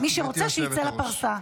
מי שרוצה, שיצא לפרסה.